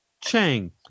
Chang